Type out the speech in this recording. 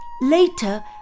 Later